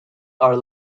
are